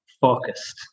focused